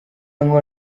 ngombwa